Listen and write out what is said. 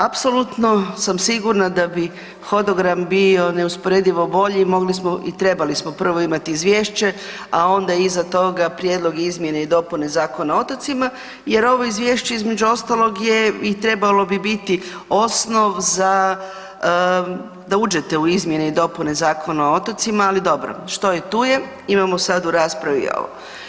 Apsolutno sam sigurna da bi hodogram bio neusporedivo bolji, mogli smo i trebali smo prvo imati izvješće a onda iza toga prijedlog izmjene i dopune Zakona o otocima jer ovo izvješće između ostalog je i trebalo bi biti osnov za da uđete u izmjene i dopune Zakona o otocima ali dobro, što je, tu je, imamo sad u raspravi ovo.